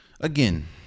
Again